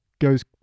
goes